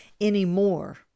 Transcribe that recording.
anymore